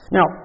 Now